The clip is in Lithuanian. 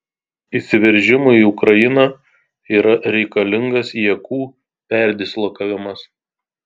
įsiveržimui į ukrainą yra reikalingas jėgų perdislokavimas